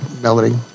Melody